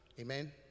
Amen